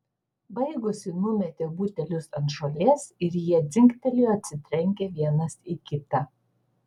baigusi numetė butelius ant žolės ir jie dzingtelėjo atsitrenkę vienas į kitą